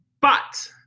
But-